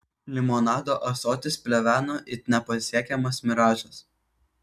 limonado ąsotis pleveno it nepasiekiamas miražas